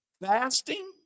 Fasting